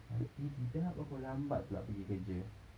nanti tidak bangun lambat pula pergi kerja